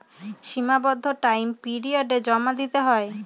সীমাবদ্ধ টাইম পিরিয়ডে জমা দিতে হয়